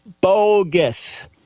bogus